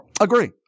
agree